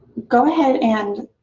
go ahead and,